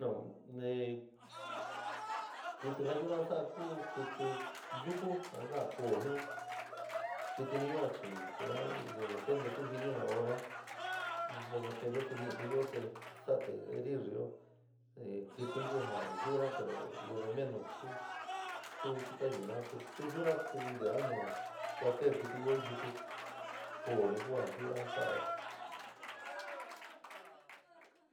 kií sa yuúra sa´a kuu ku kiti yuku ja kaka´a koo jiun kiti ñi yuua chi de repente nojini ño ñaun hora de iponte te ñiti te ñoo te saditi heit ño kitin kuu ja yuua lu de momento kanyua kití, tu yuua kití ntera nu cualquier kitií io yuku, koo nii ku ja yura.